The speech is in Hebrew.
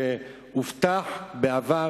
שהובטחו בעבר,